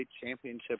Championship